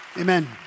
Amen